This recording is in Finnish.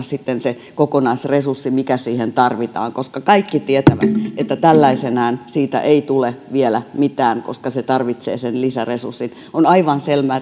sitten se kokonaisresurssi mikä siihen tarvitaan koska kaikki tietävät että tällaisenaan siitä ei tule vielä mitään koska se tarvitsee lisäresurssin on aivan selvää